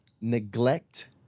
Neglect